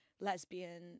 lesbian